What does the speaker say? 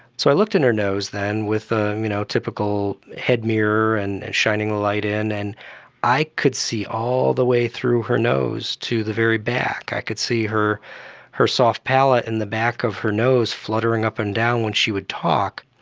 so i looked in her nose then with a you know typical head mirror and shining a light in, and i could see all the way through her nose to the very back, i could see her her soft palate in the back of her nose fluttering up and down when she would talk.